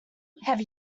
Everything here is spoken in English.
have